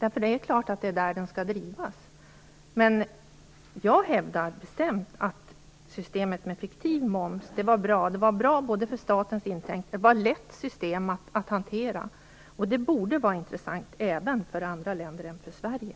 Det är klart att det är där den skall drivas, men jag hävdar bestämt att systemet med fiktiv moms var bra! Det var bra för statens intäkter, och det var ett lätt system att hantera. Det borde vara intressant även för andra länder än för Sverige.